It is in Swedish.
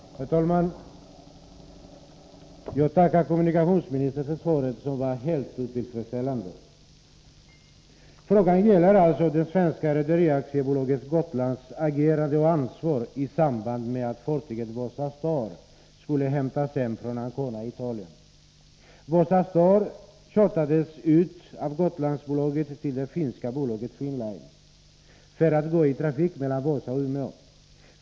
Herr talman! Jag tackar kommunikationsministern för svaret, som var helt otillfredsställande. Frågan gäller det svenska Rederi AB Gotlands agerande och ansvar i samband med att fartyget Vasa Star skulle hämtas hem från Ancona i Italien. Vasa Star chartrades från Gotlandsbolaget av det finska bolaget Finn Line för att gå i trafik mellan Vasa och Umeå.